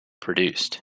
produced